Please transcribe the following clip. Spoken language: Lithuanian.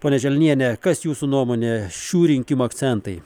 ponia želniene kas jūsų nuomone šių rinkimų akcentai